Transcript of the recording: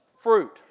fruit